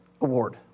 award